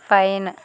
pine